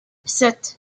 sept